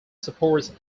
supports